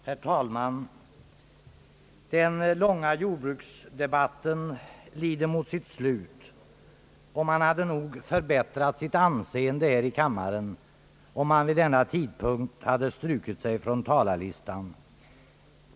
Herr talman! Den långa jordbruksdebatten lider mot sitt slut, och man skulle nog ha förbättrat sitt anseende i denna kammare om man vid denna tidpunkt hade strukit sig på talarlistan.